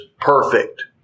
perfect